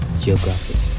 Geographic